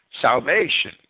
Salvation